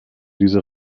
diese